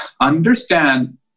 understand